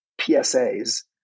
PSAs